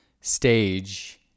stage